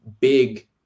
big